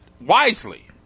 wisely